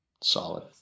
solid